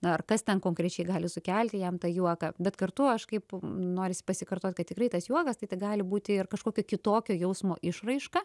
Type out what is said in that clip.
na ar kas ten konkrečiai gali sukelti jam tą juoką bet kartu aš kaip norisi pasikartoti kad tikrai tas juokas tai gali būti ir kažkokio kitokio jausmo išraiška